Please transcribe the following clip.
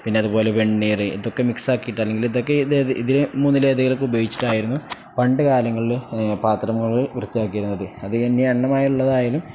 പിന്നെ അതുപോലെ വെണ്ണീറ് ഇതൊക്കെ മിക്സ് ആക്കിയിട്ട് അല്ലെങ്കിൽ ഇതൊക്കെ ഇ ഇതിന് മൂന്നിൽ ഏതെങ്കിലും ഒക്കെ ഉപയോഗിച്ചിട്ടായിരുന്നു പണ്ട് കാലങ്ങളിൽ പാത്രങ്ങൾ വൃത്തിയാക്കിയിരുന്നത് അത് തന്നെ എണ്ണമയമുള്ളതായാലും